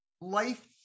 life